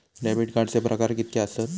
Debit कार्डचे प्रकार कीतके आसत?